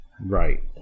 Right